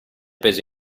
peso